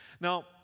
Now